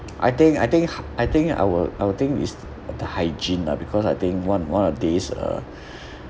I think I think h~ I think our I think is the hygiene lah because I think one one of days uh